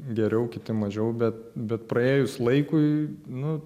geriau kiti mažiau bet bet praėjus laikui nu